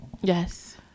Yes